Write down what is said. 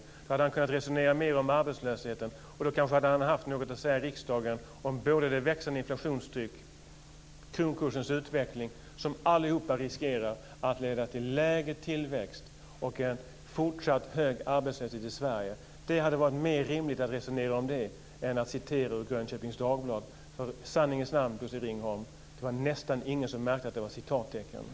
Då hade finansministern kunnat resonera mer om arbetslösheten och kanske haft något att säga i riksdagen både om det växande inflationstrycket och kronkursens utveckling som riskerar att leda till lägre tillväxt och fortsatt hög arbetslöshet i Sverige. Det hade varit mer rimligt att resonera om det än att citera ur Grönköpings Veckoblad. I sanningens namn, Bosse Ringholm, det var nästan ingen som märkte citattecknen.